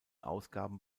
ausgaben